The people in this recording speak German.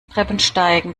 treppensteigen